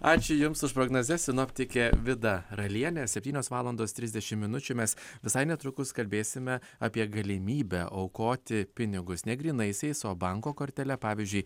ačiū jums už prognozes sinoptikė vida ralienė septynios valandos trisdešim minučių mes visai netrukus kalbėsime apie galimybę aukoti pinigus ne grynaisiais o banko kortele pavyzdžiui